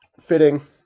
fitting